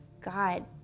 God